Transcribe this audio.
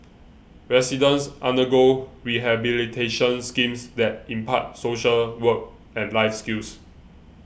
residents undergo rehabilitation schemes that impart social work and life skills